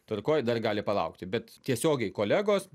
tvarkoj dar gali palaukti bet tiesiogiai kolegos